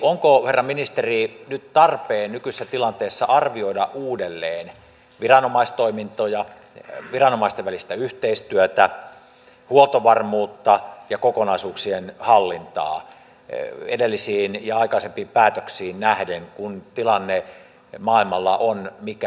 onko herra ministeri nyt tarpeen nykyisessä tilanteessa arvioida uudelleen viranomaistoimintoja viranomaisten välistä yhteistyötä huoltovarmuutta ja kokonaisuuksien hallintaa edellisiin ja aikaisempiin päätöksiin nähden kun tilanne maailmalla on mikä on